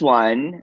one